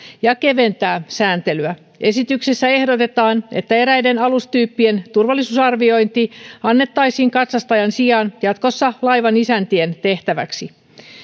ja keventää sääntelyä esityksessä ehdotetaan että eräiden alustyyppien turvallisuusarviointi annettaisiin katsastajan sijaan jatkossa laivanisäntien tehtäväksi